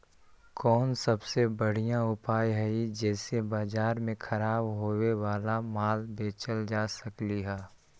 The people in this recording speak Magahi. कोन सबसे बढ़िया उपाय हई जे से बाजार में खराब होये वाला माल बेचल जा सकली ह?